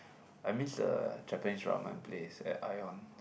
I miss the Japanese ramen place at Ion